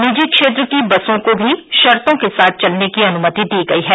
निजी क्षेत्र की बसों को भी शर्तों के साथ चलने की अनुमति दी गयी है